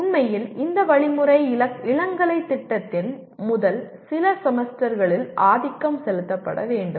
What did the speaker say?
உண்மையில் இந்த வழிமுறை இளங்கலை திட்டத்தின் முதல் சில செமஸ்டர்களில் ஆதிக்கம் செலுத்தப்பட வேண்டும்